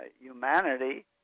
Humanity